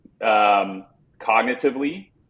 cognitively